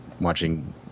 watching